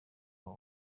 waba